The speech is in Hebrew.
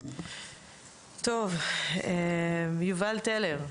טוב, יובל טלר,